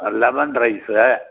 lemon rice